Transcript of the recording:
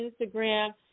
Instagram